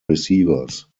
receivers